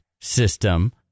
system